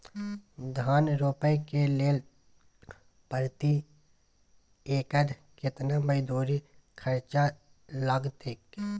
धान रोपय के लेल प्रति एकर केतना मजदूरी खर्चा लागतेय?